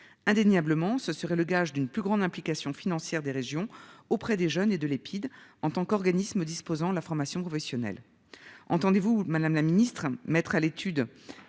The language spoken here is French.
indéniablement, ce serait le gage d'une plus grande implication financière des régions auprès des jeunes et de l'Epide en tant qu'organisme disposant de la formation professionnelle. Entendez-vous Madame la Ministre mettre à l'étude